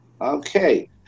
Okay